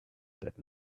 that